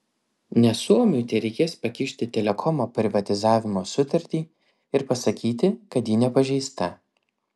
nes suomiui tereikės pakišti telekomo privatizavimo sutartį ir pasakyti kad ji nepažeista